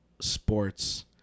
sports